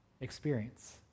experience